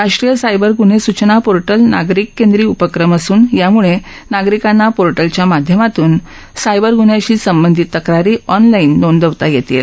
राष्ट्रीय सायबर ग्न्हे सूचना पोर्टल नागरिक केंद्री उपक्रम असून याम्ळे नागरिकांना पोर्टलच्या माध्यमातून सायबर गून्हयांशी संबंधित तक्रारी ऑनलाईन नोंदवता येतील